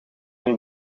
een